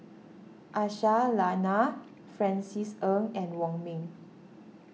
Aisyah Lyana Francis Ng and Wong Ming